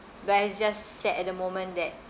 but it's just sad at the moment that